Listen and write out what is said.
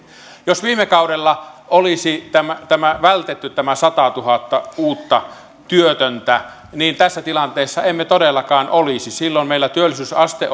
jos viime kaudella olisi vältetty tämä satatuhatta uutta työtöntä niin tässä tilanteessa emme todellakaan olisi silloin meillä työllisyysaste